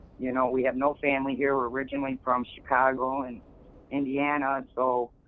you know, we have no family here, originally from chicago and indiana. so,